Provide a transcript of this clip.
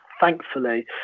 Thankfully